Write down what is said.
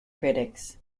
critics